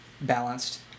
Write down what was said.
balanced